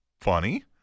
Funny